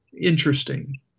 Interesting